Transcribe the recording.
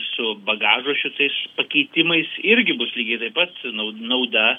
su bagažo šitais pakeitimais irgi bus lygiai taip pat nau nauda